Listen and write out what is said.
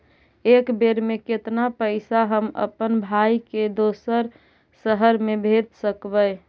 एक बेर मे कतना पैसा हम अपन भाइ के दोसर शहर मे भेज सकबै?